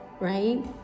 Right